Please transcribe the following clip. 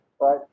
right